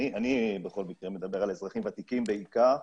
אני בכל מקרה מדבר על אזרחים ותיקים בעיקר.